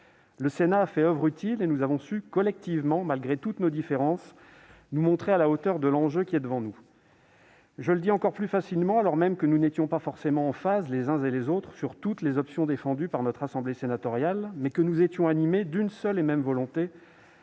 Le Sénat a fait oeuvre utile, et nous avons su collectivement, malgré toutes nos différences, nous montrer à la hauteur de l'enjeu qui se trouve devant nous. Je le dis d'autant plus facilement que nous n'étions pas forcément en phase, les uns et les autres, sur toutes les options défendues par notre assemblée sénatoriale, mais que nous étions animés d'une seule et même volonté